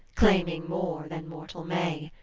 claiming more than mortal may.